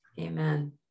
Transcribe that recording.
Amen